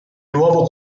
nuovo